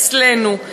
אצלנו.